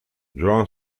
joan